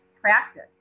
practice